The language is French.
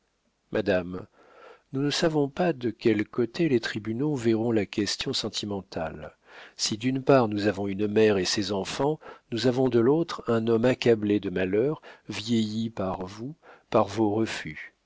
madame nous ne savons pas de quel côté les tribunaux verront la question sentimentale si d'une part nous avons une mère et ses enfants nous avons de l'autre un homme accablé de malheurs vieilli par vous par vos refus